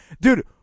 Dude